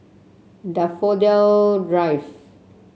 Daffodil Drive